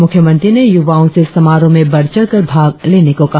मुख्यमंत्री ने युवाओं से समारोह में बढ़चढ़ कर भाग लेने को कहा